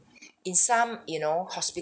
in some you know hospital